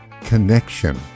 connection